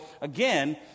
again